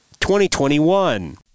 2021